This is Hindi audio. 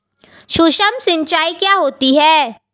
सुक्ष्म सिंचाई क्या होती है?